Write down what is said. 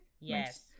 Yes